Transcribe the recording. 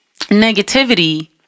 negativity